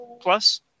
plus